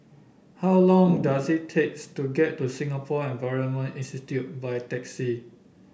how long does it takes to get to Singapore Environment Institute by taxi